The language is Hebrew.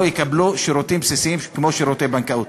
יקבלו שירותים בסיסיים כמו שירותי בנקאות.